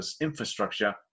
infrastructure